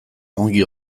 ongi